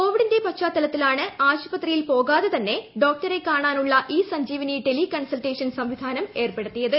കോവിഡിന്റെ പശ്ചാത്തലത്തിലാണ് ആശുപത്രിയിൽ പോകാതെ തന്നെ ഡോക്ടറെ കാണാനുള്ള ഇ സഞ്ജീവനി ടെലികൺസൽട്ടേഷൻ സംവിധാനം ഏർപ്പെടുത്തിയത്